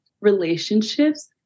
relationships